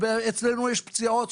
אצלנו יש פציעות,